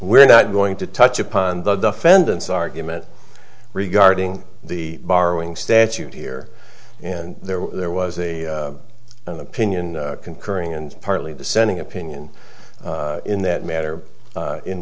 we're not going to touch upon the defendant's argument regarding the borrowing statute here and there there was an opinion concurring and partly dissenting opinion in that matter in